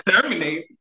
terminate